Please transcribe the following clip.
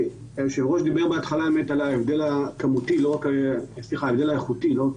היושב ראש דיבר על ההבדל האיכותי ולא רק